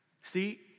See